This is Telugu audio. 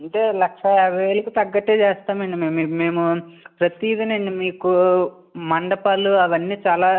అంటే లక్షా యాబై వేలకి తగ్గట్టే చేస్తామండి మేమె మేము ప్రతీది నేను మీకు మండపాలు అవన్నీ చాలా